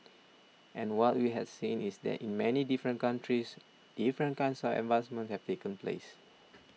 and what we had seen is that in many different countries different kinds are advancements have taken place